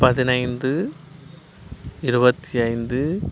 பதினைந்து இருபத்தி ஐந்து